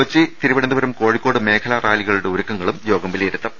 Kochi Thiruvananthapuram Kozhikode മേഖലാ റാലികളുടെ ഒരുക്കങ്ങളും യോഗം വിലയിരുത്തും